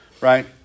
right